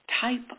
type